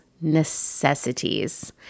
necessities